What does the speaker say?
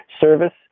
service